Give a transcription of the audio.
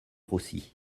rossi